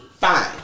fine